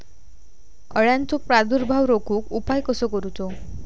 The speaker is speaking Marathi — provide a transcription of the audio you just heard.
अळ्यांचो प्रादुर्भाव रोखुक उपाय कसो करूचो?